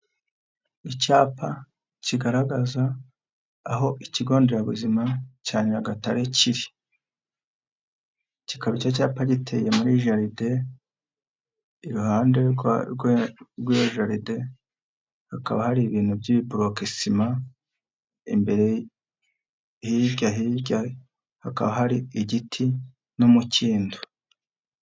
Icyapa kigaragaza aho ikigo nderabuzima cya Nyagatare kiri, kikaba icyo cyapa giteye muri jaride iruhande rw'iyo jaride hakaba hari ibintu by'ibi burokesima imbere hirya hirya hakaba hari igiti n'umukindo.